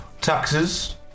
taxes